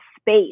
space